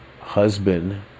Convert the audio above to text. husband